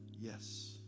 Yes